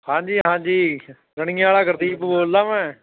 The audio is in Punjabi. ਹਾਂਜੀ ਹਾਂਜੀ ਰਣੀਆਂ ਵਾਲਾ ਗੁਰਦੀਪ ਬੋਲਦਾ ਮੈਂ